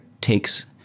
takes